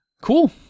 cool